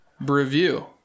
review